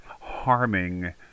harming